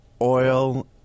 oil